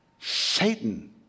Satan